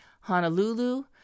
honolulu